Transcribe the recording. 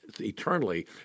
eternally